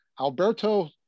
Alberto